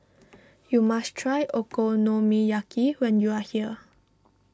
you must try Okonomiyaki when you are here